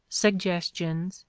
suggestions,